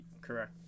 Correct